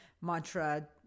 mantra